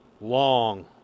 Long